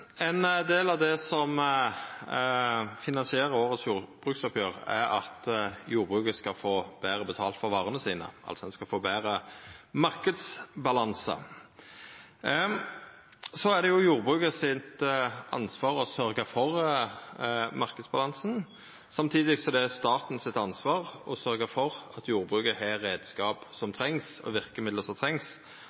Ein del av det som finansierer jordbruksoppgjeret i år, er at jordbruket skal få betre betalt for varene sine. Ein skal altså få betre marknadsbalanse. Det er jordbruket sitt ansvar å sørgja for marknadsbalansen, samtidig som det er staten sitt ansvar å sørgja for at jordbruket har reiskapane og verkemidla som trengs for å sikra samsvar mellom tilbod og